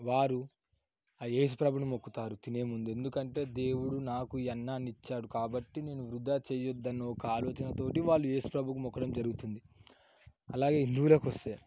వారు ఏసు ప్రభువు మొక్కుతారు తినేముందు ఎందుకంటే దేవుడు నాకు ఈ అన్నాన్ని ఇచ్చాడు కాబట్టి నేను వృధా చేయొద్దని ఒక ఆలోచనతోటి వాళ్ళు ఏసుప్రభు మొక్కడం జరుగుతుంది అలాగే హిందూవులకొస్తే